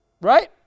Right